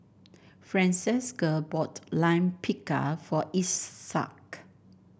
Francesca bought Lime Pickle for Isaak